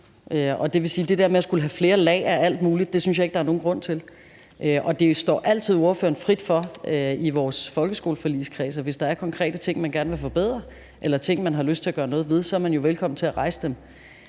det der med at skulle have flere lag af alt muligt, synes jeg ikke der er nogen grund til. Det står altid spørgeren frit for at rejse det i vores folkeskoleforligskreds, hvis der er konkrete ting, man gerne vil forbedre, eller ting, man har lyst til at gøre noget ved; man er velkommen til at rejse det.